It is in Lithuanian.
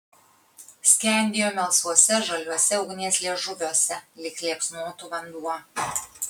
skendėjo melsvuose žaliuose ugnies liežuviuose lyg liepsnotų vanduo